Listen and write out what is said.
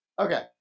Okay